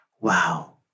wow